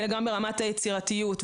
אלא גם ברמת היצירתיות,